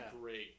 great